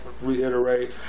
reiterate